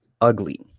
ugly